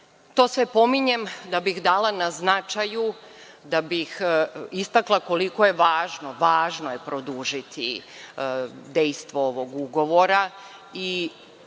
sve pominjem da bih dala na značaju, da bih istakla koliko je važno, važno je produžiti dejstvo ovog ugovora.